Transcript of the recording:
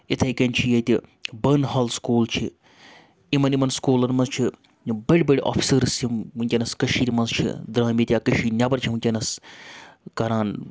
اِتھَے کٔنۍ چھِ ییٚتہِ بنحال سکوٗل چھِ یِمَن یِمَن سکوٗلَن منٛز چھِ یِم بٔڑۍ بٔڑۍ آفسٲرٕس یِم وٕنکیٚنَس کٔشیٖر منٛز چھِ درٛٲمٕتۍ یا کٔشیٖر نٮ۪بَر چھِ وٕنکیٚنَس کَران